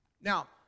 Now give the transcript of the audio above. Now